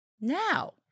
now